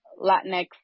Latinx